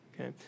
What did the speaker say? Okay